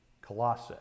Colossae